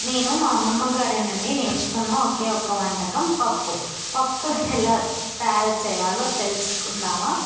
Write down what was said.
నేను మా అమ్మమ్మగారి నుండి నేర్చుకున్న ఒకే ఒక్క వంటకం పప్పు పప్పు ఎలా తయారు చేయాలో తెలుసుకుందాం